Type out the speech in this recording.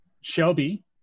Shelby